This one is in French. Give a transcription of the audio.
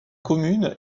commune